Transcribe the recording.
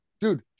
Dude